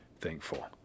thankful